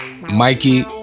Mikey